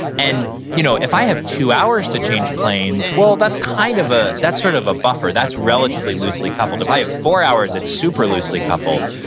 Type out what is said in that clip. and you know if i have two hours to change planes, well, that's kind of ah that's sort of a buffer. that's relatively loosely coupled. if i have four hours, it's super loosely couple,